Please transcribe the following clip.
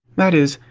that is,